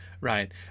right